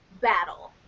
battle